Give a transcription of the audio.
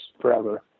forever